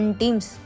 teams